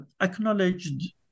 acknowledged